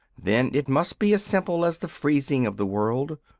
then it must be as simple as the freezing of the world,